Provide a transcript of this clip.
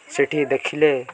ସେଇଠି ଦେଖିଲେ